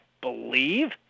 believe